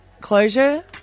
closure